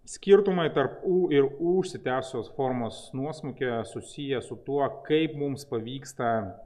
skirtumai tarp u ir u užsitęsusios formos nuosmukio susiję su tuo kaip mums pavyksta